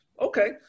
Okay